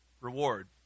reward